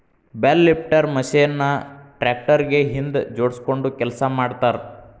bale lifter machine ನ tractor ಗೆ ಹಿಂದ್ ಜೋಡ್ಸ್ಕೊಂಡು ಕೆಲಸ ಮಾಡ್ತಾರ